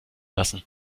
lassen